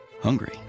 hungry